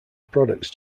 products